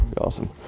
awesome